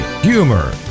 humor